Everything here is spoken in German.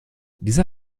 dieser